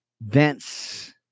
thence